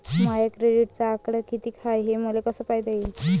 माया क्रेडिटचा आकडा कितीक हाय हे मले कस पायता येईन?